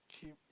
Keep